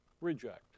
reject